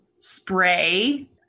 spray